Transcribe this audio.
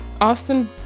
Austin